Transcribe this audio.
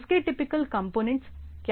उसके typical component क्या होंगे